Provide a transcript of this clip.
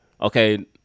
okay